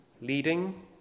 leading